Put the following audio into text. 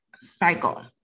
cycle